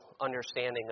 understanding